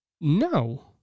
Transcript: no